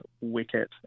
wicket